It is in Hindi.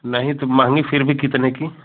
नहीं तो महँगी फिर भी कितने की